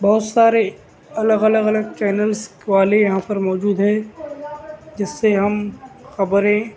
بہت سارے الگ الگ الگ چینلس والے یہاں پر موجود ہیں جس سے ہم خبریں